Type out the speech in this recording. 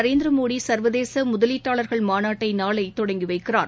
நரேந்திர மோடி சர்வதேச முதலீட்டாளர்கள் மாநாட்டை நாளைதொடங்கி வைக்கிறார்